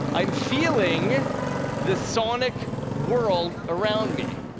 i'm feeling the sonic world around me.